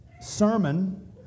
sermon